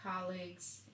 colleagues